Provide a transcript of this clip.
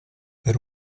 per